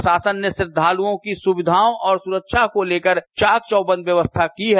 प्रशासन ने श्रद्दालुओं के लिए सुविधाओं और सुरक्षा को लेकर चाक चौबन्द व्यवस्था की है